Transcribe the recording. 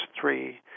three